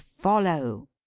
follow